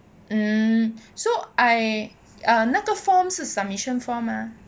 um so I err 那个 form 是 submission form mah